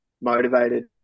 motivated